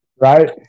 Right